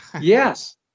Yes